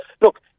look